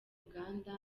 uganda